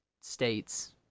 states